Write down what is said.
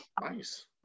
Nice